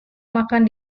makan